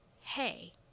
hey